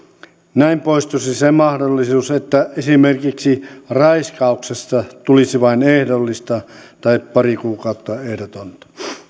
näin poistuisi se mahdollisuus että esimerkiksi raiskauksesta tulisi vain ehdollista tai pari kuukautta ehdotonta